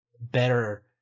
better